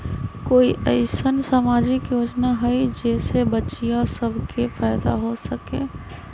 कोई अईसन सामाजिक योजना हई जे से बच्चियां सब के फायदा हो सके?